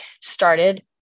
started